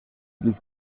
dils